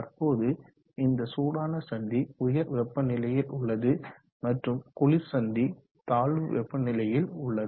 தற்போது இந்த சூடான சந்தி உயர் வெப்பநிலையில் உள்ளது மற்றும் குளிர் சந்தி தாழ்வு வெப்பநிலையில் உள்ளது